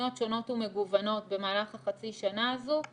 בתוכניות שונות ומגוונות במהלך חצי השנה הזו,